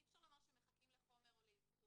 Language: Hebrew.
אי אפשר לומר שהם מחכים לחומר או לאבחון,